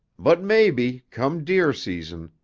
but maybe, come deer season,